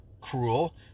cruel